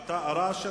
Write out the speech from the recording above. הרעש שלך,